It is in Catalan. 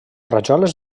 rajoles